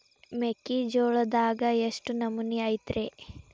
ಮೆಕ್ಕಿಜೋಳದಾಗ ಎಷ್ಟು ನಮೂನಿ ಐತ್ರೇ?